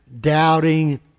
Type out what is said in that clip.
Doubting